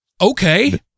okay